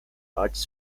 arch